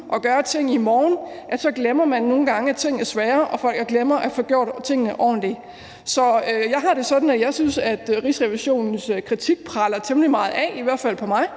og gøre ting i morgen – så nogle gange glemmer, at ting er svære, hvilket gør, at folk glemmer at få gjort tingene ordentligt. Så jeg har det sådan, at jeg synes, at Rigsrevisionens kritik preller temmelig meget af, i hvert fald på mig,